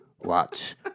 watch